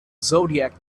zodiac